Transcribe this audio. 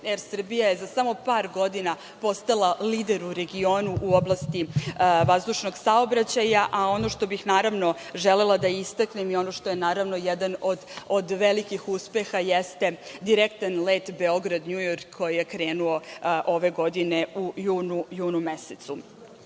Er Srbija je za samo par godina postala lider u regionu u oblasti vazdušnog saobraćaja. Ono što bih želela da istaknem i ono što je jedan od velikih uspeha jeste direktan let Beograd-Njujork koji je krenuo ove godine u junu mesecu.